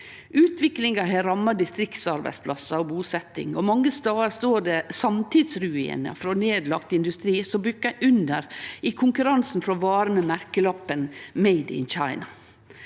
Utviklinga har ramma distriktsarbeidsplassar og busetjing, og mange stader står det samtidsruinar frå nedlagt industri som bukka under i konkurransen frå varer med merkelappen «Made in China».